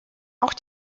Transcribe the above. auch